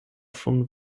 von